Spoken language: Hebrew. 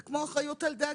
זה כמו אחריות של תאגיד,